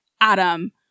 Adam